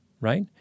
right